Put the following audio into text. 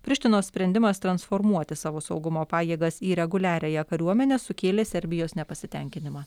prištinos sprendimas transformuoti savo saugumo pajėgas į reguliariąją kariuomenę sukėlė serbijos nepasitenkinimą